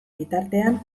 bitartean